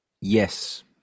Yes